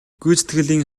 гүйцэтгэлийн